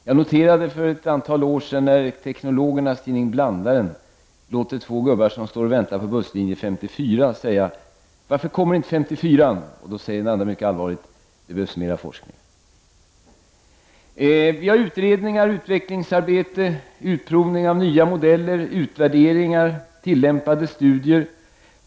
För ett par år sedan noterade jag vad teknologerna tog upp i tidningen Blandaren. Det är två gubbar som står och väntar på buss 54. Den ene säger: ”Varför kommer inte buss 54?” Den andre svarar mycket allvarligt: ”Det behövs mera forskning.” Vi har utredningar, utvecklingsarbete, utprovning av nya modeller, utvärderingar och tillämpade studier.